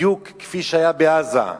בדיוק כפי שהיה בעזה.